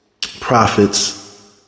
prophets